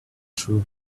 true